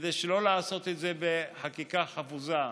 כדי שלא לעשות את זה בחקיקה חפוזה,